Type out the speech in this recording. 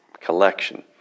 collection